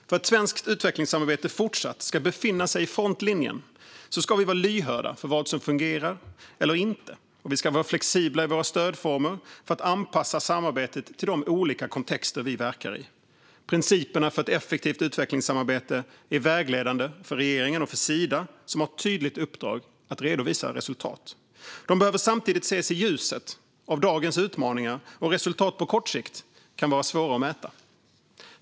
För att svenskt utvecklingssamarbete fortsatt ska befinna sig i frontlinjen ska vi vara lyhörda för vad som fungerar eller inte, och vi ska vara flexibla i våra stödformer för att anpassa samarbetet till de olika kontexter vi verkar i. Principerna för effektivt utvecklingssamarbete är vägledande för regeringen och för Sida, som har ett tydligt uppdrag att redovisa resultat. De behöver samtidigt ses i ljuset av dagens utmaningar, och resultat på kort sikt kan vara svåra att mäta.